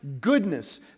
goodness